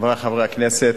חברי חברי הכנסת,